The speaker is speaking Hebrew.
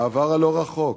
בעבר הלא-רחוק,